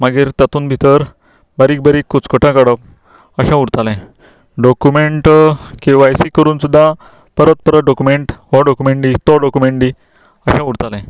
मागीर तातूंत भितर बारीक बारीक कुचकाटां काडप अशें उरतालें डोक्यूमेन्ट केवायसी करून सुद्दां परत परत डोक्यूमेन्ट हो डोक्यूमेन्ट दी तो डोक्यूमेन्ट दी अशें उरतालें